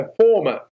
former